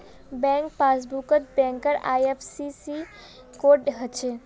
bank पासबुकत बैंकेर IFSC code हछे